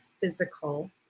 physical